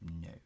No